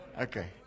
Okay